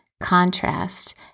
Contrast